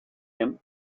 him